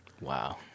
Wow